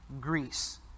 Greece